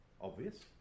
obvious